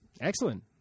Excellent